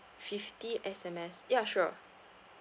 fifty S_M_S ya sure